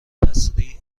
تسریع